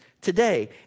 Today